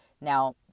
Now